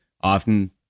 often